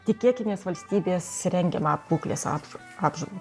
tikėkimės valstybės rengiamą būklės apsau apžvalgą